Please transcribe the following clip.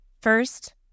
First